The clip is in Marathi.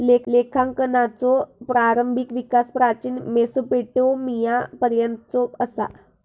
लेखांकनाचो प्रारंभिक विकास प्राचीन मेसोपोटेमियापर्यंतचो असा